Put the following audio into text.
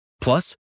Plus